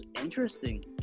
interesting